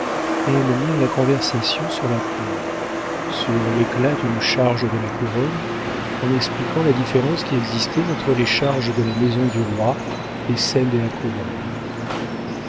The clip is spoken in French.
mirent la conversation sur la cour sur l'éclat d'une charge de la couronne en expliquant la différence qui existait entre les charges de la maison du roi et celles de la couronne